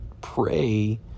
pray